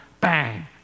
bang